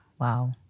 Wow